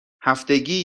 هفتگی